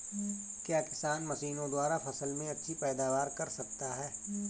क्या किसान मशीनों द्वारा फसल में अच्छी पैदावार कर सकता है?